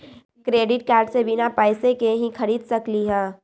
Credit card से बिना पैसे के ही खरीद सकली ह?